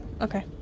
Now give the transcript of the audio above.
okay